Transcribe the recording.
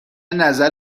نظر